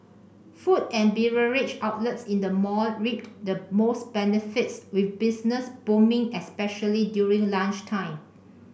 food and beverage outlets in the mall reaped the most benefits with business booming especially during lunchtime